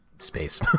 space